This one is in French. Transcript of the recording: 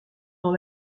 dans